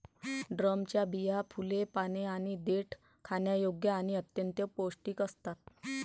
ड्रमच्या बिया, फुले, पाने आणि देठ खाण्यायोग्य आणि अत्यंत पौष्टिक असतात